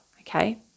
okay